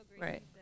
Right